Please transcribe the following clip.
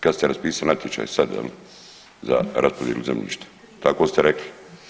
Kad ste raspisali natječaj sad je li za raspodjelu zemljišta, tako ste rekli.